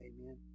Amen